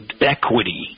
equity